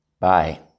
Bye